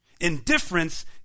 Indifference